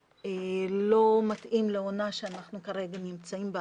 לא מתאים לעונה בה אנחנו כרגע נמצאים.